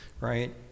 right